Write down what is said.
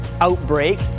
outbreak